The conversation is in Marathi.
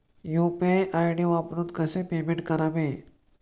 यु.पी.आय आय.डी वापरून कसे पेमेंट करावे?